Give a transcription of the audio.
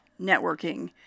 networking